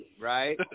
right